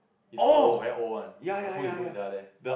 is old very old one the food is good sia there